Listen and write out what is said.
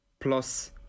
plus